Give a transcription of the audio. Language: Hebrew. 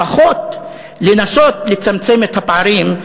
לפחות לנסות לצמצם את הפערים,